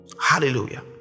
Hallelujah